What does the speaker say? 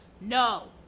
no